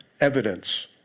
evidence